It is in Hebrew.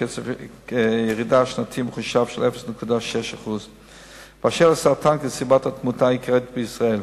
קצב ירידה שנתי מחושב של 0.6%. אשר לסרטן כסיבת התמותה העיקרית בישראל,